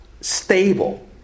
stable